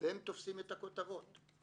והם תופסים את הכותרות.